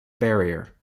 barrier